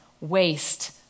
waste